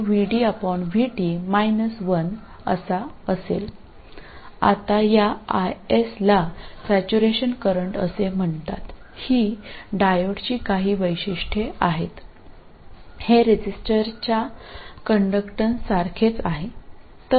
ഇപ്പോൾ ഈ IS നെ സാച്ചുറേഷൻ കറന്റ് എന്ന് വിളിക്കുന്നു ഇത് ഡയോഡിന്റെ ചില പ്രോപ്പർട്ടി ആണ് ഇത് റെസിസ്റ്ററിന്റെ ചാലകതയോട് സാമ്യമുള്ളതാണ്